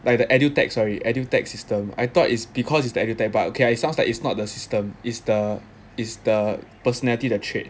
like the edu tech sorry edu tech system I thought it's because it's the edu tech but okay it sounds like it's not the system it's the it's the personality the trade